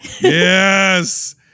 Yes